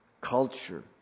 culture